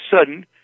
sudden